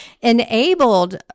enabled